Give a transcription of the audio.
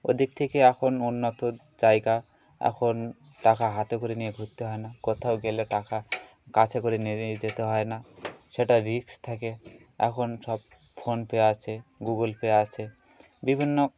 ও দিক থেকে এখন উন্নত জায়গা এখন টাকা হাতে করে নিয়ে ঘুরতে হয় না কোথাও গেলে টাকা কাছে করে নিয়ে নিয়ে যেতে হয় না সেটা রিস্ক থাকে এখন সব ফোনপে আছে গুগল পে আছে বিভিন্ন